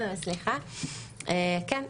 כן,